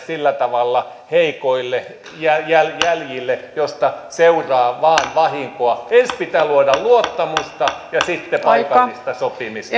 sillä tavalla heikoille jäljille mistä seuraa vain vahinkoa ensin pitää luoda luottamusta ja sitten paikallista sopimista